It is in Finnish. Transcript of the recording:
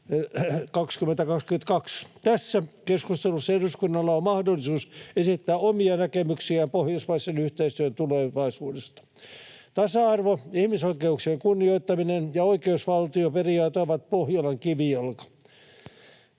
Tässä keskustelussa eduskunnalla on mahdollisuus esittää omia näkemyksiään pohjoismaisen yhteistyön tulevaisuudesta. Tasa-arvo, ihmisoikeuksien kunnioittaminen ja oikeusvaltioperiaate ovat Pohjolan kivijalka.